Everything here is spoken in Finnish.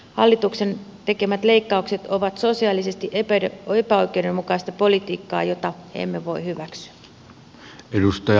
hallituksen tekemät leik kaukset ovat sosiaalisesti epäoikeudenmukaista politiikkaa jota emme voi hyväksyä